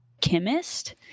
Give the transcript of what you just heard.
chemist